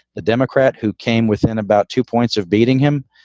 the democrat who came within about two points of beating him,